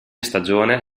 stagione